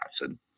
acid